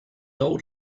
old